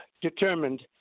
determined